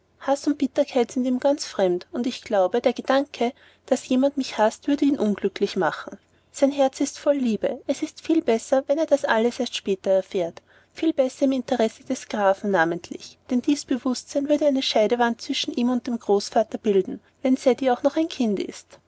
haß und bitterkeit sind ihm ganz fremd und ich glaube der gedanke daß jemand mich haßt würde ihn unglücklich machen sein herz ist voll liebe es ist viel besser wenn er das alles erst später erfährt viel besser im interesse des grafen namentlich denn dies bewußtsein würde eine scheidewand zwischen ihm und dem großvater bilden wenn ceddie auch noch ein kind ist